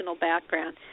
background